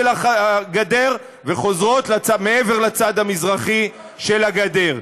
הגדר וחוזרות מעבר לצד המזרחי של הגדר.